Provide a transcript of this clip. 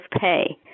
pay